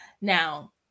Now